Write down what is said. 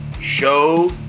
Show